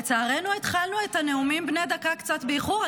לצערנו התחלנו את הנאומים בני דקה קצת באיחור.